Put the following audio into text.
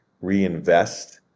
reinvest